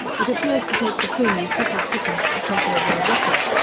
it appears to take the plumies several seconds to take over a rocket.